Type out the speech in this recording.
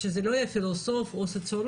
שזה לא יהיה פילוסוף או סוציולוג,